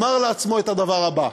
אמר לעצמו את הדבר הבא: